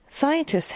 Scientists